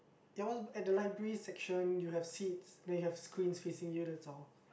there was at the library section you have seats then you have screens facing you that's all